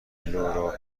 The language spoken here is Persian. لورا